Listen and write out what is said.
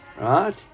Right